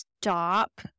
stop